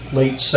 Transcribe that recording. late